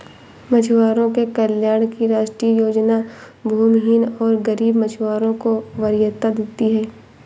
मछुआरों के कल्याण की राष्ट्रीय योजना भूमिहीन और गरीब मछुआरों को वरीयता देती है